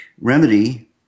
remedy